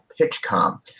Pitchcom